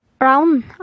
Round